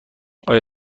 آیا